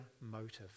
motive